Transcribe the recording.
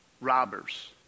Robbers